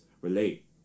relate